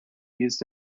used